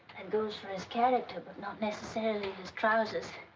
and goes for his character, but not necessarily his trousers.